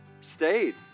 stayed